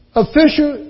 official